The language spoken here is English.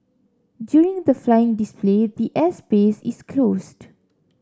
during the flying display the air space is closed